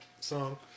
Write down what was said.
song